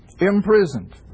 imprisoned